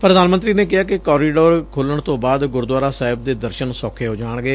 ਪ੍ਰਧਾਨ ਮੰਤਰੀ ਨੇ ਕਿਹਾ ਕਿ ਕਾਰੀਡੋਰ ਖੁੱਲਣ ਤੋਂ ਬਾਅਦ ਗੁਰਦੁਆਰਾ ਸਾਹਿਬ ਦੇ ਦਰਸ਼ਨ ਸੌਖੇ ਹੋ ਜਾਣਗੇ